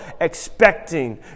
expecting